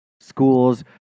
schools